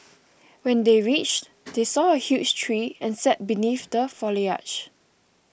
when they reached they saw a huge tree and sat beneath the foliage